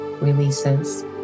releases